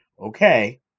okay